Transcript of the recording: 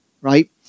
Right